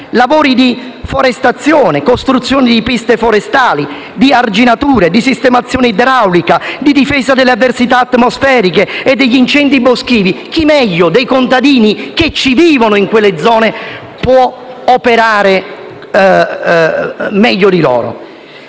Lavori di forestazione, costruzione di piste forestali, di arginature, di sistemazione idraulica, di difesa dalle avversità atmosferiche e dagli incendi boschivi. Chi meglio dei contadini che vivono in quelle zone può operare in questo